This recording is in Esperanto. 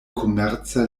komerca